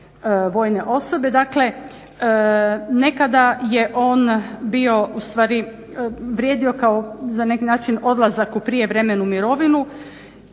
vojne osobe. Dakle nekada je on bio ustvari vrijedio za na neki način odlazak u prijevremenu mirovinu,